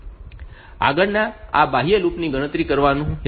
આગળ આ બાહ્ય લૂપ ની ગણતરી કરવાની રહેશે